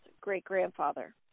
great-grandfather